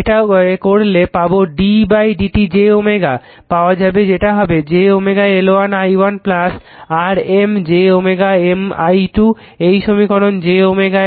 এটা করলে পাবো d dt j পাওয়া যাবে যেটা হবে j L1 i1 r M j M i 2 এই সমীকরণে j